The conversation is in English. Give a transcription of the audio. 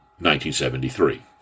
1973